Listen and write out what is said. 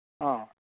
অ'